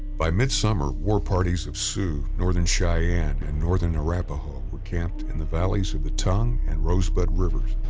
by midsummer, war parties of sioux, northern cheyenne and northern arapaho were camped in the valleys of the tongue and rosebud rivers.